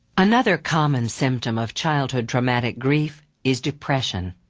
another common symptom of childhood traumatic grief is depression.